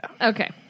Okay